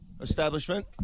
establishment